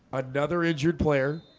another injured player